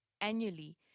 Annually